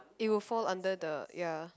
it will fall under the ya